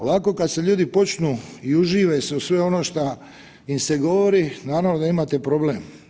Ovako kad se ljudi počnu i užive se u sve ono šta im se govori naravno da imate problem.